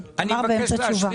אמרתי לה אז שאין בעיה,